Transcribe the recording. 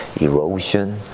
erosion